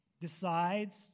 decides